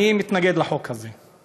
אני מתנגד לחוק הזה.